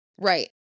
Right